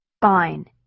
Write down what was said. Fine